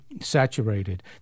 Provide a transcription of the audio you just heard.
saturated